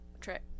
trick